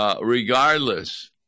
Regardless